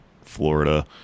Florida